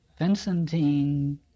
Vincentine